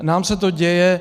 Nám se to děje.